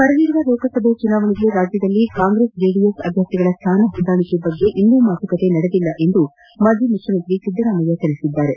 ಬರಲಿರುವ ಲೋಕಸಭೆ ಚುನಾವಣೆಗೆ ರಾಜ್ಯದಲ್ಲಿ ಕಾಂಗ್ರೆಸ್ ಜೆಡಿಎಸ್ ಅಭ್ಯರ್ಥಿಗಳ ಸ್ವಾನ ಹೊಂದಾಣಿಕೆ ಬಗ್ಗೆ ಇನ್ನು ಮಾತುಕತೆ ನಡೆದಿಲ್ಲ ಎಂದು ಮಾಜಿ ಮುಖ್ಖಮಂತ್ರಿ ಸಿದ್ದರಾಮಯ್ಯ ಹೇಳಿದ್ದಾರೆ